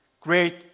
great